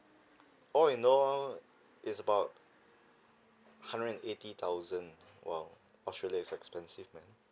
all in all is about hundred and eighty thousand !wow! australia is expensive man